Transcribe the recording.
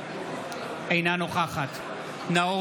אינה נוכחת נאור